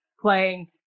playing